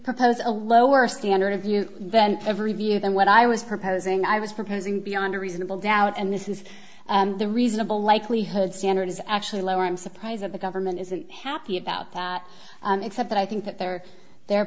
propose a lower standard of you then have review then what i was proposing i was proposing beyond a reasonable doubt and this is the reasonable likelihood standard is actually lower i'm surprised that the government isn't happy about that except that i think that they are they're